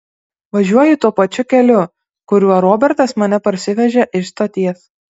važiuoju tuo pačiu keliu kuriuo robertas mane parsivežė iš stoties